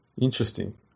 interesting